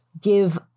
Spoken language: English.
give